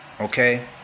Okay